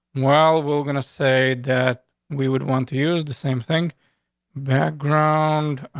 well, we're going to say that we would want to use the same thing that ground.